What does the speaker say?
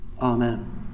Amen